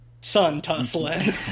son-tussling